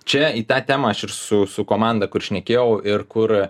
čia į tą temą aš ir su su komanda kur šnekėjau ir kur